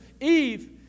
Eve